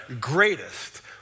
greatest